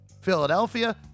Philadelphia